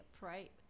right